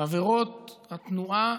ועבירות התנועה